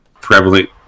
prevalent